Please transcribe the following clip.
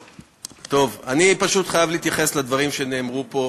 טוב, אני פשוט חייב להתייחס לדברים שנאמרו פה.